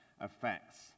effects